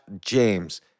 James